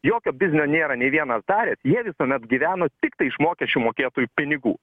jokio biznio nėra nei vienas daręs jie visuomet gyveno tiktai iš mokesčių mokėtojų pinigų